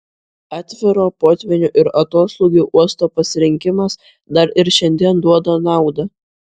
atviro potvynių ir atoslūgių uosto pasirinkimas dar ir šiandien duoda naudą